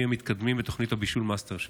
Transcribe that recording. מתקדמים בתוכנית הבישול מאסטר שף.